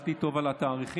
הסתכלתי טוב על התאריכים,